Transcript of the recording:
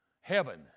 Heaven